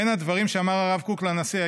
בין הדברים שאמר הרב קוק לנשיא: